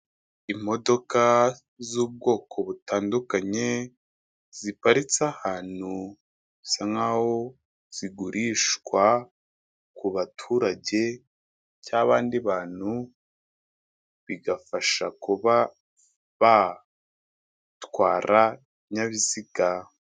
Imodoka z'ubwoko butandukanye, ziparitse ahantu bisa nk'aho zigurishwa kuba baturage cyangwa abandi bantu, bigafasha kuba batwara ibinyabiziga.